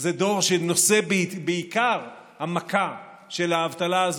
שזה דור שנושא בעיקר המכה של האבטלה הזאת.